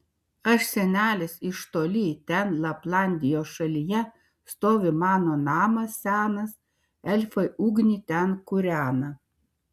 aš senelis iš toli ten laplandijos šalyje stovi mano namas senas elfai ugnį ten kūrena